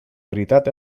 veritat